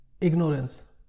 ignorance